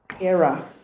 Era